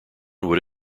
would